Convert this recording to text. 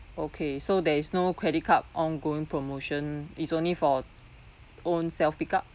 okay so there is no credit card ongoing promotion it's only for own self pick-up